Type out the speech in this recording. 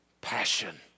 passion